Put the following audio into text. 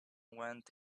went